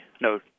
no